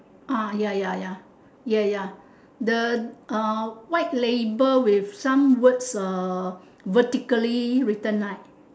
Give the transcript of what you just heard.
ah ya ya ya ya ya the uh white label with some words uh vertically written right